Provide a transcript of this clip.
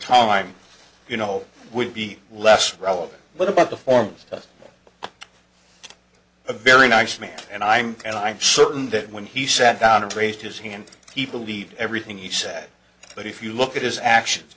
time you know would be less relevant but about the forms of a very nice man and i'm and i'm certain that when he sat down and raised his hand he believed everything he said but if you look at his actions